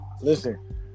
listen